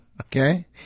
Okay